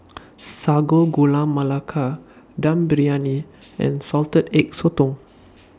Sago Gula Melaka Dum Briyani and Salted Egg Sotong